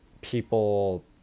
people